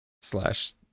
slash